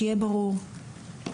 שכל אוניברסיטה תבוא עם טבלה.